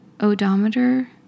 odometer